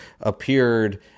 appeared